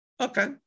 Okay